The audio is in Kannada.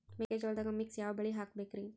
ಮೆಕ್ಕಿಜೋಳದಾಗಾ ಮಿಕ್ಸ್ ಯಾವ ಬೆಳಿ ಹಾಕಬೇಕ್ರಿ?